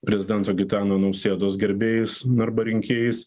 prezidento gitano nausėdos gerbėjais arba rinkėjais